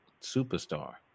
superstar